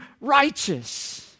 righteous